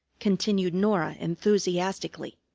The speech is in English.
continued norah enthusiastically.